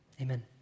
Amen